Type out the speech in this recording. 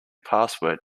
password